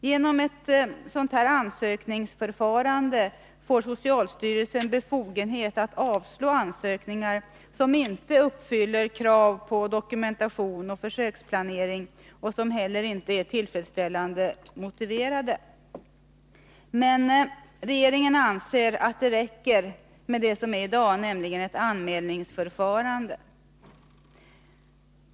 Genom ett sådant ansökningsförfarande får socialstyrelsen befogenhet att avslå ansökningar som inte uppfyller kraven på dokumentation och försöksplanering och som inte heller är tillfredsställande motiverade. Regeringen anser att det räcker med nuvarande anmälningsförfarande.